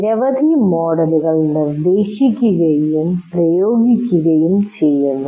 നിരവധി മോഡലുകൾ നിർദ്ദേശിക്കുകയും പ്രയോഗിക്കുകയും ചെയ്യുന്നു